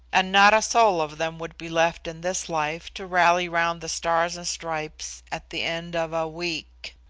and not a soul of them would be left in this life, to rally round the stars and stripes, at the end of a week.